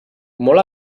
molt